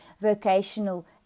vocational